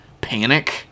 panic